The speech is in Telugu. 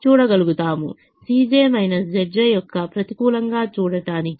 Cj Zj యొక్క ప్రతికూలంగా చూడటానికి